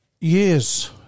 years